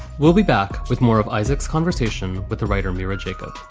we'll be back with more of isaac's conversation with the writer mira jacob